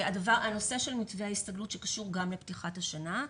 בנושא של מתווה ההסתגלות שקשור גם לפתיחת השנה,